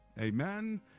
amen